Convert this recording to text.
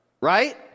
right